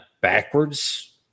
backwards